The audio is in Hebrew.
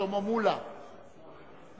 שלמה מולה, נמצא.